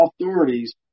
authorities